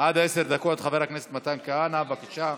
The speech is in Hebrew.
עד עשר דקות, חבר הכנסת מתן כהנא, בבקשה.